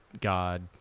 God